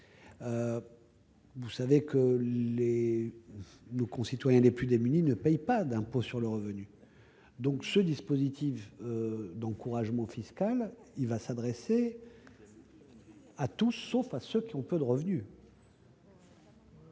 Vous le savez, nos concitoyens les plus démunis ne payent pas d'impôt sur le revenu. Ce dispositif d'encouragement fiscal s'adressera à tous, sauf à ceux qui ont peu de revenus,